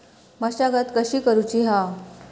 मशागत कशी करूची हा?